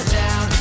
down